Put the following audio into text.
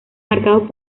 marcados